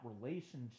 relationship